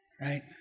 right